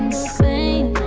same